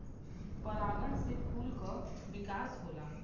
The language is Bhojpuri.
परागण से ही फूल क विकास होला